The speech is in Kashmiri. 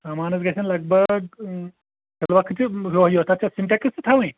سامانس گژھن لگ بگ تۄہہِ چھو سِنٹیکٔس تہِ تھاوٕنۍ